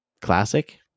classic